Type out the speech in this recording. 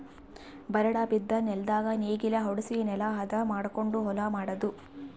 ಬರಡ್ ಬಿದ್ದ ನೆಲ್ದಾಗ ನೇಗಿಲ ಹೊಡ್ಸಿ ನೆಲಾ ಹದ ಮಾಡಕೊಂಡು ಹೊಲಾ ಮಾಡದು